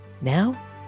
Now